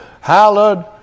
hallowed